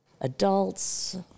adults